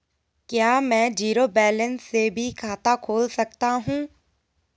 क्या में zero balance से भी खाता खोल सकता हूँ?